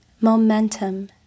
momentum